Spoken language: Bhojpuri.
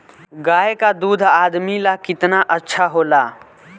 गाय का दूध आदमी ला कितना अच्छा होला?